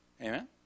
Amen